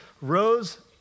rose